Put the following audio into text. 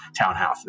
townhouses